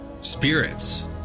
spirits